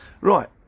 Right